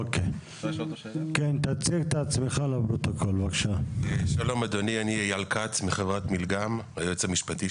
אני היועץ המשפטי של חברת מילגם.